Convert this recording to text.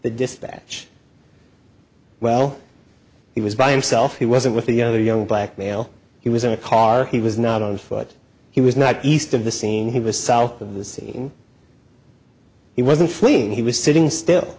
dispatch well he was by himself he wasn't with the other young black male he was in a car he was not on foot he was not east of the scene he was south of the scene he wasn't fleeing he was sitting still